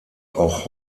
auch